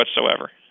whatsoever